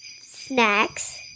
Snacks